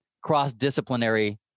cross-disciplinary